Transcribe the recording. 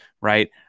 Right